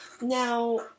Now